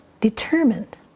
determined